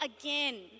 again